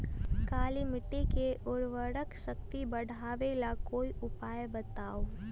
काली मिट्टी में उर्वरक शक्ति बढ़ावे ला कोई उपाय बताउ?